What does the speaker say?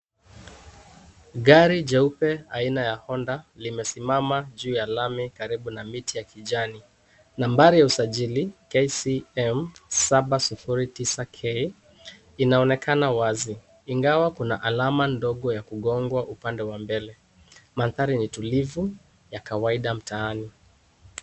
Gari jeupe aina ya Honda limesimama juu ya lami karibu na miti ya kijani ,nambari ya usajili KCM709K inaonekana wazi ingawa kuna alama ndogo ya kugongwa upande wa mbele, mandhari ni tulivu ya kawaida mtaani.